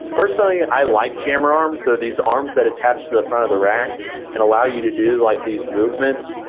personally, i like jammer arms, they are these arms that attach to the front of the rack and allow you to do like these movements,